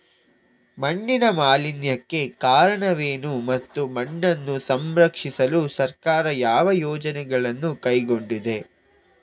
ಮಣ್ಣಿನ ಮಾಲಿನ್ಯಕ್ಕೆ ಕಾರಣವೇನು ಮತ್ತು ಮಣ್ಣನ್ನು ಸಂರಕ್ಷಿಸಲು ಸರ್ಕಾರ ಯಾವ ಯೋಜನೆಗಳನ್ನು ಕೈಗೊಂಡಿದೆ?